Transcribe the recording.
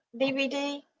DVD